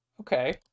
Okay